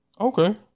Okay